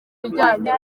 bijyanye